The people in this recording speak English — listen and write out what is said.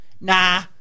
Nah